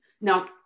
now